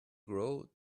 grow